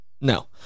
No